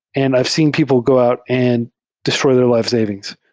and i've seen people go out and destroy their life savings.